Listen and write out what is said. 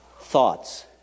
Thoughts